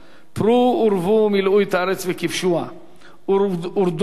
"פרו ורבו ומלאו את הארץ וכבשוה ורדו בדגת